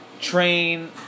train